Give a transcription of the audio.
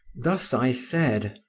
thus i said,